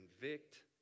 convict